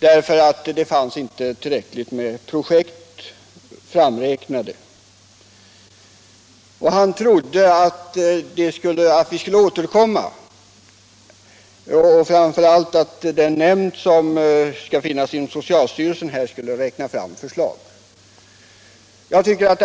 eftersom inte tillräckligt många projekt fanns framräknade. Han tyckte att vi skulle återkomma till denna fråga, och han ville framför allt avvakta de förslag som kan komma att framläggas genom den nämnd som man föreslagit skall inrättas inom socialstyrelsen.